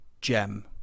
gem